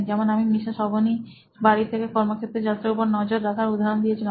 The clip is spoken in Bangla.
যেমন আমি মিসেস অবনীর বাড়ি থেকে কর্মক্ষেত্রে যাত্রার উপর নজর রাখার উদাহরণ দিয়েছিলাম